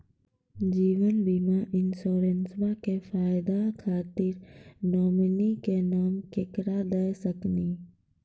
जीवन बीमा इंश्योरेंसबा के फायदा खातिर नोमिनी के नाम केकरा दे सकिनी?